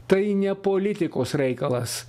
tai ne politikos reikalas